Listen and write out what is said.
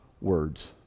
words